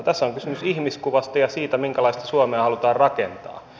tässä on kysymys ihmiskuvasta ja siitä minkälaista suomea halutaan rakentaa